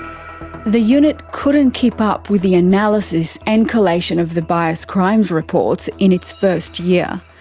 the unit couldn't keep up with the analysis and collation of the bias crimes reports in its first year.